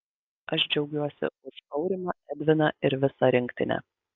aš džiaugiuosi už aurimą edviną ir visą rinktinę